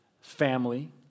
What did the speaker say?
family